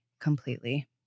completely